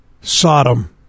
Sodom